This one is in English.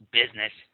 business